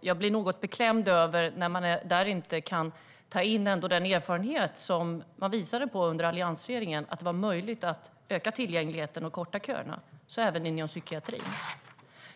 Jag blir något beklämd över att man där inte kan ta in erfarenhet som det visades på under alliansregeringen, att det var möjligt att öka tillgängligheten och korta köerna, så även inom psykiatrin.